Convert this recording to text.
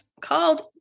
called